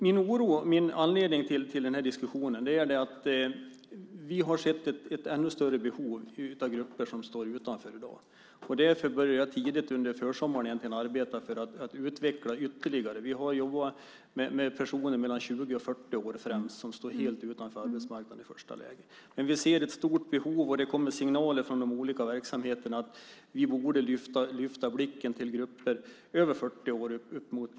Min oro gäller - och det är också anledningen till diskussionen - att vi har sett ett ännu större behov hos grupper som står utanför i dag. Därför började jag tidigt, under försommaren, att arbeta för att utveckla detta ytterligare. Vi har i första hand jobbat med personer mellan 20 och 40 år som står helt utanför arbetsmarknaden. Men vi ser ett stort behov av att vi lyfter blicken mot grupper som är över 40 år och upp emot pensionsåldern. Kanske 40-55 år är en grupp att jobba med.